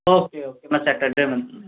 okay okay میں Saturday میں